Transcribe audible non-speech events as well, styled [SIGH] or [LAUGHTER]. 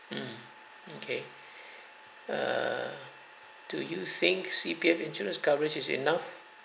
mm mm kay [BREATH] err do you think C_P_F insurance coverage is enough